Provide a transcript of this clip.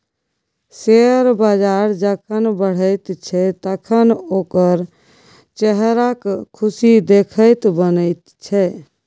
share बजार जखन बढ़ैत छै तखन ओकर चेहराक खुशी देखिते बनैत छै